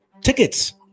tickets